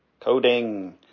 Coding